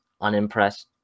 unimpressed